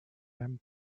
them